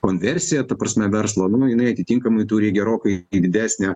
konversiją ta prasme verslo nu jinai atitinkamai turi gerokai didesnę